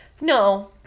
No